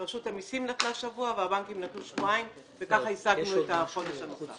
רשות המיסים נתנה שבוע והבנקים נתנו שבועיים וכך השגנו את החודש הנוסף.